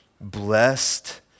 Blessed